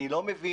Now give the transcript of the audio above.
אני לא מבין